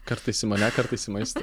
kartais į mane kartais į maistą